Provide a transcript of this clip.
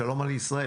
שלום על ישראל,